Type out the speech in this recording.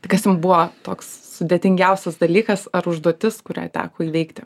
tai kas jum buvo toks sudėtingiausias dalykas ar užduotis kurią teko įveikti